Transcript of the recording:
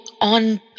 on